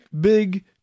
big